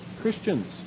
Christians